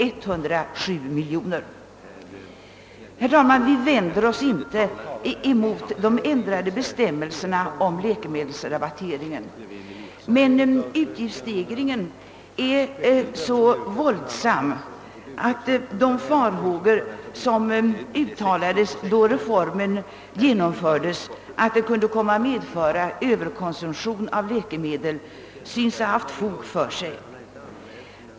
107 miljoner kronor. :'. Vi vänder oss inte mot de ändrade bestämmelserna om = läkemedelsrabatte-: ringen, .men utgiftsstegringen är så våldsam :att: de farhågor som uttalades när reformen. genomfördes, : att den skulle komma att leda till överkonsumtion av läkemedel, tycks ha haft fog. för sig.